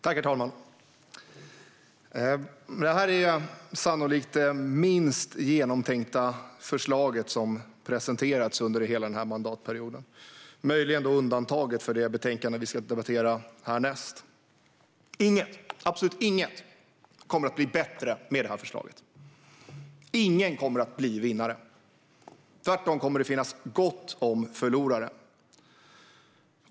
Herr talman! Detta är sannolikt det minst genomtänkta förslag som presenterats under hela denna mandatperiod, möjligen undantaget det betänkande som vi ska debattera härnäst. Inget - absolut inget - kommer att bli bättre med detta förslag. Ingen kommer att bli vinnare; tvärtom kommer det att finnas gott om förlorare.